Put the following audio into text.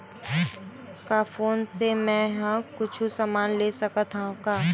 का फोन से मै हे कुछु समान ले सकत हाव का?